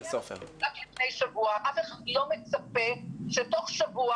אף אחד לא מצפה שתוך שבוע,